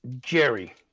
Jerry